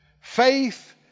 Faith